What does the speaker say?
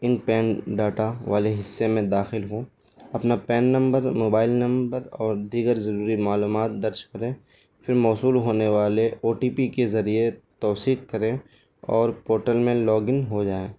ان PAN data والے حصے میں داخل ہوں اپنا پین نمبر موبائل نمبر اور دیگر ضروری معلومات درج کریں پھر موصول ہونے والے او ٹی پی کے ذریعے توثیق کریں اور پورٹل میں لاگن ہو جائیں